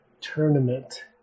tournament